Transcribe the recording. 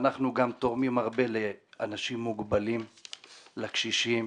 ואנחנו גם תורמים הרבה לאנשים מוגבלים, לקשישים,